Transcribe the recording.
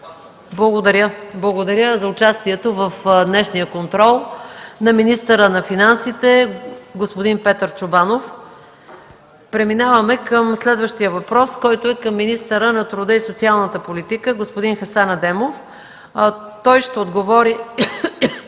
Благодаря за участието в днешния контрол на министъра на финансите господин Петър Чобанов. Преминаваме към следващия въпрос, който е към министъра на труда и социалната политика господин Хасан Адемов. Той ще отговори